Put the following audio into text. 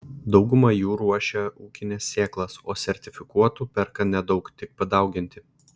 dauguma jų ruošia ūkines sėklas o sertifikuotų perka nedaug tik padauginti